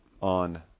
on